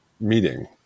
meeting